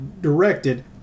directed